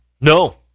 No